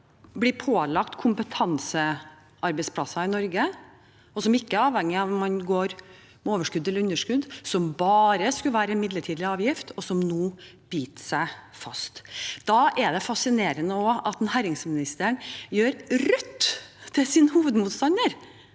blir pålagt kompetansearbeidsplasser i Norge, og som ikke er avhengig av om man går med overskudd eller underskudd. Det skulle bare være en midlertidig avgift, men den biter seg nå fast. Det er fascinerende at næringsministeren gjør Rødt til sin hovedmotstander